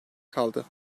kaldı